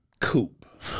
coupe